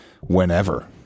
whenever